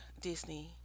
disney